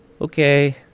Okay